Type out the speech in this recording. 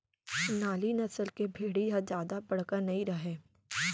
नाली नसल के भेड़ी ह जादा बड़का नइ रहय